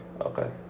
Okay